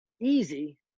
easy